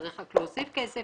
צריך רק להוסיף כסף